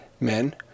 Men